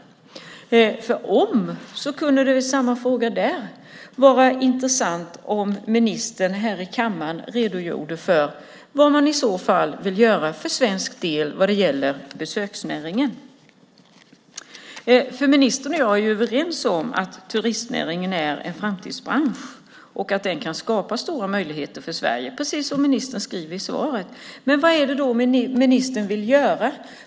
Om regeringen har lärt sig något kunde det vara intressant om ministern här i kammaren redogör för vad man i så fall vill göra för svensk del vad gäller besöksnäringen. Ministern och jag är överens om att turistnäringen är en framtidsbransch och att den kan skapa stora möjligheter för Sverige, precis som ministern skriver i svaret. Men vad är det som ministern vill göra?